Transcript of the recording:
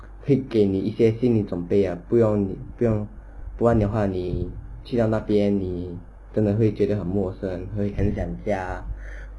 会给你一些心理准备 ah 不用不用不然的话你去到那边你可能会觉得很陌生会很想家